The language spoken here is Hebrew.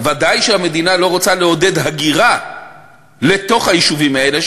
ודאי שהמדינה לא רוצה לעודד הגירה לתוך היישובים האלה,